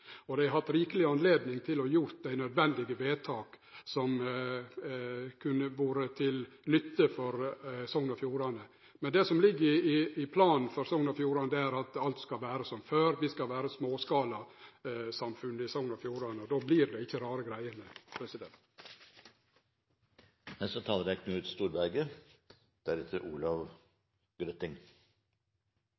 og dei har hatt rikeleg anledning til å gjere dei nødvendige vedtaka som kunne ha vore til nytte for Sogn og Fjordane. Men det som ligg i planen for Sogn og Fjordane, er at alt skal vere som før. Vi skal vere småskalasamfunn i Sogn og Fjordane, og då vert det ikkje rare greiene.